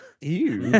Ew